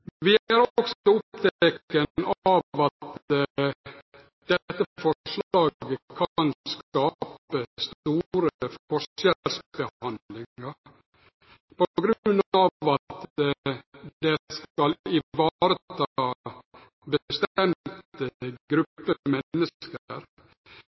Vi er også opptekne av at dette forslaget kan skape stor forskjellsbehandling på